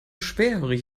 schwerhörig